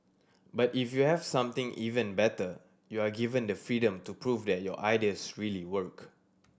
but if you have something even better you are given the freedom to prove that your ideas really work